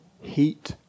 heat